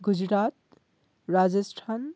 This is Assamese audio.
গুজৰাট ৰাজস্থান